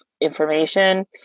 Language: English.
information